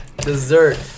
Dessert